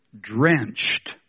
drenched